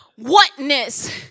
whatness